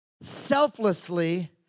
selflessly